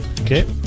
Okay